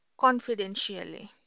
confidentially